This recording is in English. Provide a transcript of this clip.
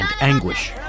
anguish